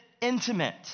intimate